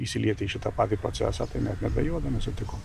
įsilieti į šitą patį procesą tai net neabejodamas sutikau